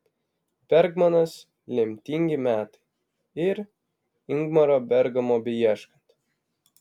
bergmanas lemtingi metai ir ingmaro bergmano beieškant